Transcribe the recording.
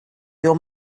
your